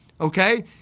Okay